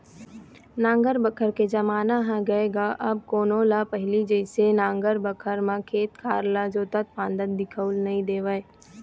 नांगर बखर के जमाना ह गय गा अब कोनो ल पहिली जइसे नांगर बखर म खेत खार ल जोतत फांदत दिखउल नइ देवय